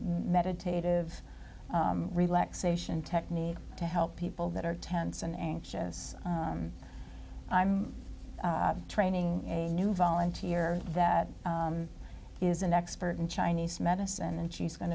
meditative relaxation technique to help people that are tense and anxious i'm training a new volunteer that is an expert in chinese medicine and she's going